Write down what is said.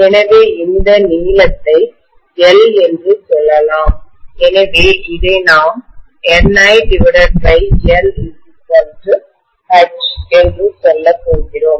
எனவே இந்த நீளத்தை L என்று சொல்லலாம் எனவே அதை நாம் NilH என்று சொல்லப்போகிறோம்